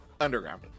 underground